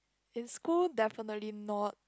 in school definitely not